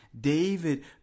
David